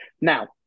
Now